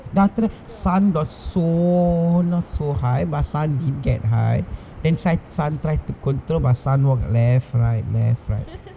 then after that sun got so not so high but sun did get high then sun sun tried to control but sun walked left right left right